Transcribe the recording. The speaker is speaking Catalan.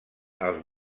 als